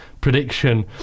prediction